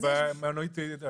אתה צודק.